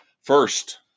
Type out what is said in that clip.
First